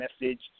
message